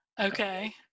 Okay